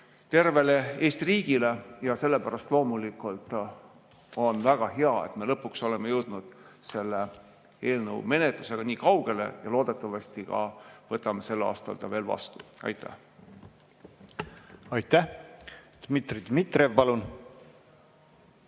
tervele Eesti riigile. Sellepärast on väga hea, et me lõpuks oleme jõudnud selle eelnõu menetlusega nii kaugele ja loodetavasti ka võtame ta veel sel aastal vastu. Aitäh! Aitäh! Dmitri Dmitrijev, palun!